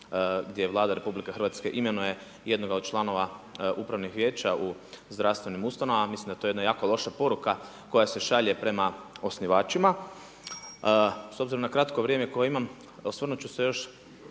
gdje Vlada Republike Hrvatske imenuje jednoga od članova Upravnih vijeća u zdravstvenim ustanovama, mislim da je to jedna jako loša poruka koja se šalje prema osnivačima. S obzirom na kratko vrijeme koje imam osvrnut ću se još